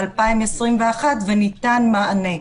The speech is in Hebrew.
וניתן מענה.